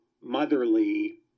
motherly